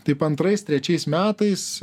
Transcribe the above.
taip antrais trečiais metais